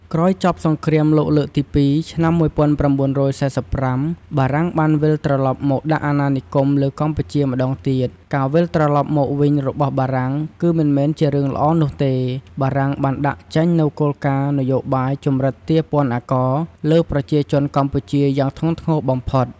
ក្រោយចប់សង្គ្រាមលោកលើកទី២ ឆ្នាំ ១៩៤៥ បារាំងបានវិលត្រឡប់មកដាក់អណានិគមលើកម្ពុជាម្ដងទៀត ការវិលត្រឡប់មកវិញរបស់បារាំងគឺមិនមែនជារឿងល្អនោះទេ បារាំងបានដាក់ចេញនូវគោលនោយបាយជំរិតទារពន្ធអាករ លើប្រជាជនកម្ពុជាយ៉ាងធ្ងន់ធ្ងរបំផុត។